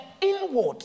inward